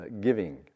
giving